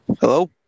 hello